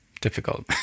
difficult